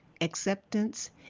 acceptance